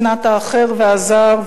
שנאת האחר והזר?